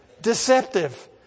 deceptive